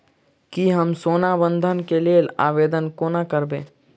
की हम सोना बंधन कऽ लेल आवेदन कोना करबै?